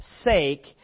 sake